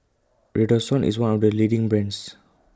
Redoxon IS one of The leading brands